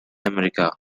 america